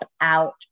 out